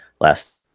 Last